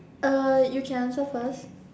uh you can answer first